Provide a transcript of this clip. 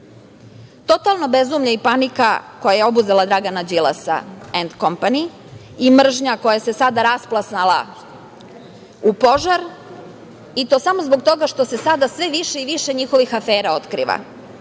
totalno bezumlje i panika koja je obuzela Dragana Đilasa i kompaniju i mržnja koja se sada rasplamsala u požar i to samo zbog toga što se sada sve više i više njihovih afera otkriva.